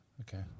Okay